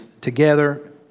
together